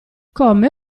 come